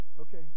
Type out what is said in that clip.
Okay